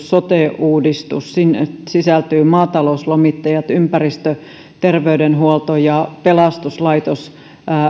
sote uudistus sinne sisältyy maatalouslomittajat ympäristö terveydenhuolto ja pelastuslaitos